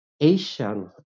Asian